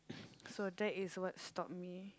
so that is what stopped me